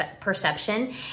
perception